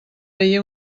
veié